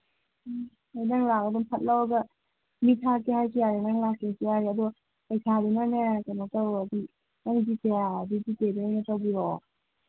ꯎꯝ ꯍꯣꯏ ꯅꯪ ꯂꯥꯛꯑꯒ ꯑꯗꯨꯝ ꯐꯠ ꯂꯧꯔꯒ ꯃꯤ ꯊꯥꯔꯛꯀꯦ ꯍꯥꯏꯔꯁꯨ ꯌꯥꯔꯦ ꯅꯪ ꯂꯥꯛꯀꯦꯁꯨ ꯌꯥꯔꯦ ꯑꯗꯨ ꯄꯩꯁꯥꯗꯨꯅꯅꯦ ꯀꯩꯅꯣ ꯇꯧꯔꯗꯤ ꯅꯪ ꯖꯤꯄꯦ ꯌꯥꯎꯔꯗꯤ ꯖꯤꯄꯦꯗ ꯑꯣꯏꯅ ꯇꯧꯕꯤꯔꯛꯑꯣ